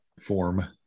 form